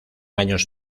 años